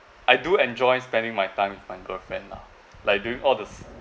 I do enjoy spending my time with my girlfriend lah like doing all this